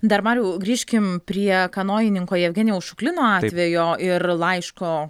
dar mariau grįžkim prie kanojininko jevgenijaus šuklino atvejo ir laiško